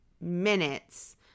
minutes